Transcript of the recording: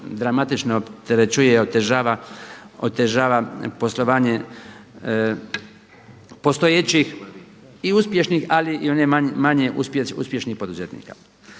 dramatično opterećuje, otežava poslovanje postojećih i uspješnih, ali i onih manje uspješnih poduzetnika.